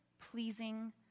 pleasing